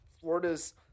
Florida's –